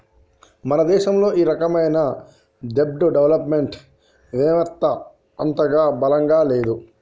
మన దేశంలో ఈ రకమైన దెబ్ట్ డెవలప్ మెంట్ వెవత్త అంతగా బలంగా లేదు